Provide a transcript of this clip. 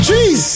Jeez